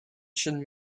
should